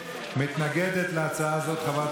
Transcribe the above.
למה אתם לא מביאים הצעה,